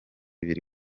biri